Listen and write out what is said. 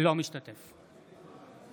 אינו משתתף בהצבעה